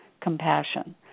compassion